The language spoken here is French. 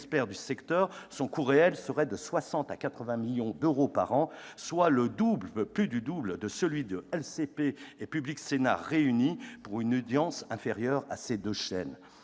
du secteur, son coût réel serait de 60 à 80 millions d'euros par an, soit plus du double de celui de LCP et Public Sénat réunis, pour une audience inférieure à ces deux chaînes